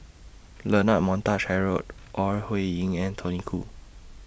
Leonard Montague Harrod Ore Huiying and Tony Khoo